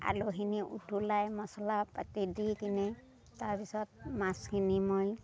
আলুখিনি উতলাই মচলা পাতি দি কেনে তাৰপিছত মাছখিনি মই